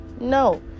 no